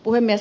puhemies